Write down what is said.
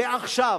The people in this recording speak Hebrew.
ועכשיו.